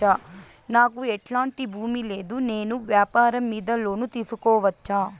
నాకు ఎట్లాంటి భూమి లేదు నేను వ్యాపారం మీద లోను తీసుకోవచ్చా?